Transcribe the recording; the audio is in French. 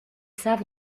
savent